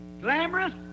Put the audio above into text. glamorous